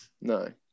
No